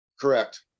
Correct